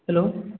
hello